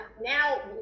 now